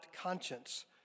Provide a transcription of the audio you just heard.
conscience